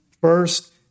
first